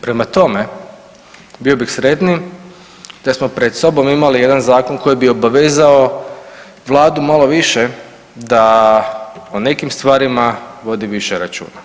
Prema tome, bio bih sretniji da smo pred sobom imali jedan zakon koji bi obavezao vladu malo više da o nekim stvarima vodi više računa.